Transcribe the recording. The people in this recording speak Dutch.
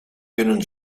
kunnen